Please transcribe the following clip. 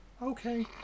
Okay